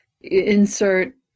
insert